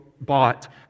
bought